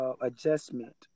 adjustment